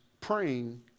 praying